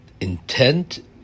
intent